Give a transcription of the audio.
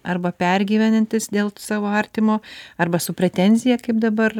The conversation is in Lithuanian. arba pergyvenantys dėl savo artimo arba su pretenzija kaip dabar